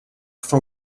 for